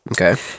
Okay